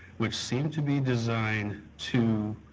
which seem to be designed to